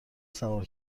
سوار